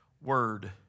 word